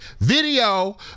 video